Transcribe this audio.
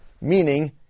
meaning